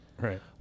Right